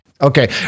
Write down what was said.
Okay